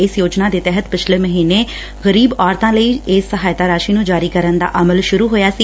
ਇਸ ਯੋਜਨਾ ਦੇ ਤਹਿਤ ਪਿਛਲੇ ਮਹੀਨੇ ਗਰੀਬ ਔਰਤਾ ਲਈ ਇਸ ਸਹਾਇਤਾ ਰਾਸੀ ਨੰ ਜਾਰੀ ਕਰਨ ਦਾ ਅਮਲ ਸ੍ਸਰੁ ਹੋਇਆ ਸੀ